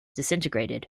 disintegrated